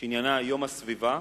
שעניינה יום הסביבה.